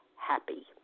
happy